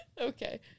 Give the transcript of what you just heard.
Okay